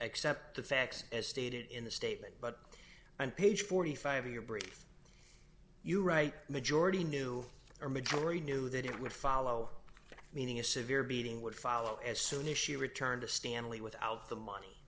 accept the facts as stated in the statement but and page forty five in your brief you write majority knew or majority knew that it would follow that meaning a severe beating would follow as soon as she returned to stanley without the money